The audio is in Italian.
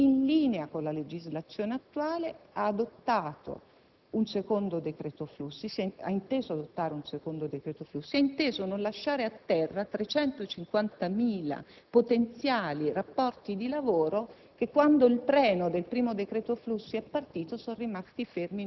seguire un percorso che, in linea con la legislazione attuale, ha inteso appunto adottare un secondo decreto flussi e non lasciare a terra 350.000 potenziali rapporti di lavoro,